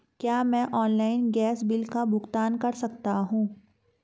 क्या मैं online gas bill का भुगतान कर सकता हूँ?